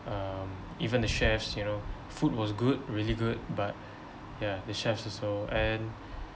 um even the chefs you know food was good really good but ya the chefs also and